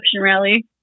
rally